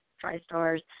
Tri-Stars